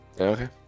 Okay